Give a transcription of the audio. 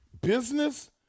business